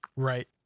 Right